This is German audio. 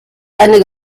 eine